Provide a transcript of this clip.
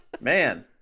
Man